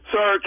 Sir